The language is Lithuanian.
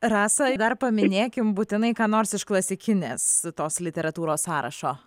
rasa dar paminėkim būtinai ką nors iš klasikinės tos literatūros sąrašo